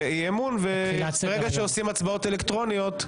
ברגע שעושים הצבעות אלקטרוניות,